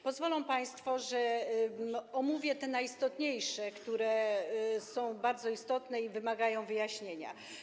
Pozwolą państwo, że omówię te najistotniejsze, które są bardzo istotne i wymagają wyjaśnienia.